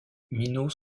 minos